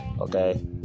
Okay